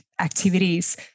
activities